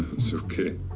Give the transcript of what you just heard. it's ok.